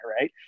right